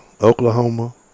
Oklahoma